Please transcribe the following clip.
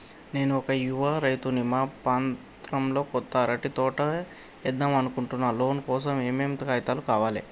నేను ఒక యువ రైతుని మా ప్రాంతంలో కొత్తగా అరటి తోట ఏద్దం అనుకుంటున్నా లోన్ కోసం ఏం ఏం కాగితాలు కావాలే?